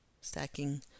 stacking